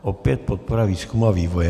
Opět podpora výzkumu a vývoje.